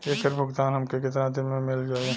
ऐकर भुगतान हमके कितना दिन में मील जाई?